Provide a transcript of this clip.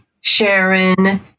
Sharon